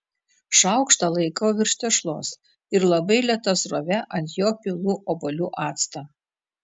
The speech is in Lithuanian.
šaukštą laikau virš tešlos ir labai lėta srove ant jo pilu obuolių actą